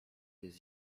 jest